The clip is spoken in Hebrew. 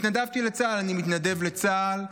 התנדבתי לצה"ל, אני מתנדב לצה"ל,